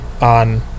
on